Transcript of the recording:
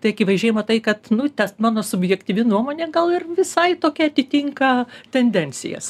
tai akivaizdžiai matai kad nu tas mano subjektyvi nuomonė gal ir visai tokia atitinka tendencijas